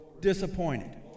disappointed